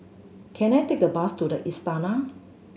can I take a bus to The Istana